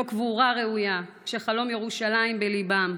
לא קבורה ראויה, כשחלום ירושלים בליבם,